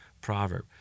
proverb